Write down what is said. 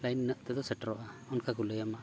line ᱤᱱᱟᱹᱛᱮᱫᱚ ᱥᱮᱴᱮᱨᱚᱜᱼᱟ ᱚᱱᱠᱟ ᱠᱚ ᱞᱟᱹᱭᱟᱢᱟ